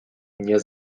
mnie